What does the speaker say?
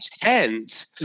intent